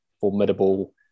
formidable